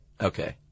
Okay